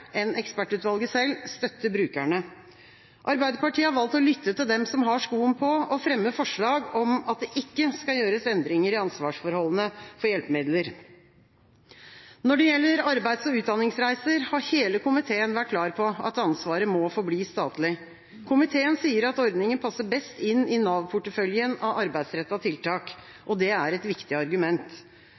ekspertutvalget selv, støtter brukerne. Arbeiderpartiet har valgt å lytte til dem som har skoen på, og fremmer forslag om at det ikke skal gjøres endringer i ansvarsforholdene for hjelpemidler. Når det gjelder arbeids- og utdanningsreiser, har hele komiteen vært klar på at ansvaret må forbli statlig. Komiteen sier at ordninga passer best inn i Nav-porteføljen av arbeidsrettede tiltak, og det er et viktig argument.